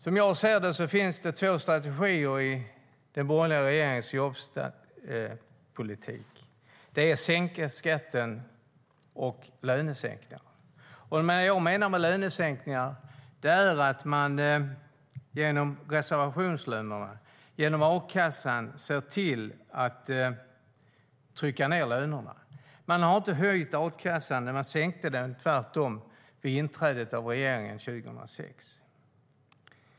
Som jag ser det finns det två strategier i den borgerliga regeringens jobbpolitik. Det är att sänka skatten, och det är lönesänkningar. Det jag menar med lönesänkningar är att man genom reservationslönerna - genom a-kassan - ser till att trycka ned lönerna. Man har inte höjt a-kassan, utan tvärtom sänkte man den vid regeringens tillträde 2006.